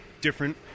different